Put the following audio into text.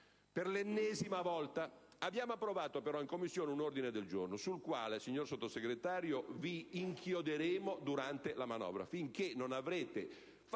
per l'ennesima volta. Però abbiamo approvato in Commissione un ordine del giorno sul quale, signor Sottosegretario, vi inchioderemo durante la manovra. La